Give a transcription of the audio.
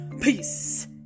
Peace